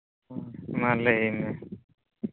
ᱢᱟ ᱞᱟᱹᱭ ᱢᱮ